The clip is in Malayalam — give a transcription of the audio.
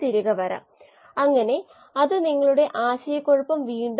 ആന്തരികവൽക്കരണത്തിന് ഇത് കുറച്ച് സമയമെടുക്കും